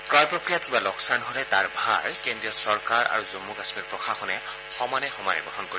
ক্ৰয় প্ৰক্ৰিয়াত কিবা লোকচান হলে তাৰ ভাৰ কেন্দ্ৰীয় চৰকাৰ আৰু জমু কাশ্মীৰ প্ৰশাসনে সমানে সমানে বহন কৰিব